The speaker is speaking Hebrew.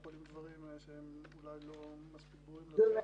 קורים דברים שאולי הם לא מספיק ברורים לצוות,